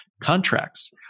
contracts